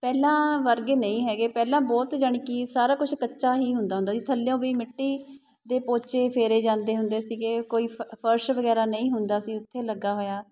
ਪਹਿਲਾਂ ਵਰਗੇ ਨਹੀਂ ਹੈਗੇ ਪਹਿਲਾਂ ਬਹੁਤ ਜਾਣੀ ਕਿ ਸਾਰਾ ਕੁਛ ਕੱਚਾ ਹੀ ਹੁੰਦਾ ਹੁੰਦਾ ਸੀ ਥੱਲਿਓ ਵੀ ਮਿੱਟੀ ਦੇ ਪੋਚੇ ਫੇਰੇ ਜਾਂਦੇ ਹੁੰਦੇ ਸੀਗੇ ਕੋਈ ਫ ਫਰਸ਼ ਵਗੈਰਾ ਨਹੀਂ ਹੁੰਦਾ ਸੀ ਉੱਥੇ ਲੱਗਾ ਹੋਇਆ